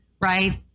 Right